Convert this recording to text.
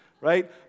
right